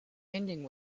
ending